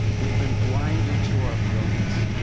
we've been blinded to our brilliance,